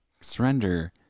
surrender